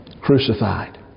crucified